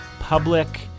public